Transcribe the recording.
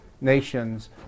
nations